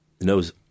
knows